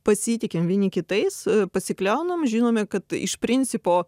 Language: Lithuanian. pasitikim vieni kitais pasikliaunam žinome kad iš principo